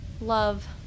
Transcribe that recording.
Love